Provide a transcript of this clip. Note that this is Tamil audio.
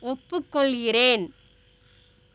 ஒப்புக்கொள்கிறேன்